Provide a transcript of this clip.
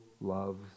loves